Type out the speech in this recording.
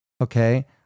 Okay